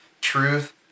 truth